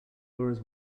whereas